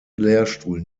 lehrstuhl